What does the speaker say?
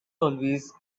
always